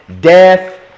Death